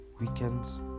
weekends